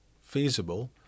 feasible